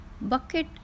bucket